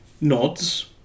nods